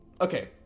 Okay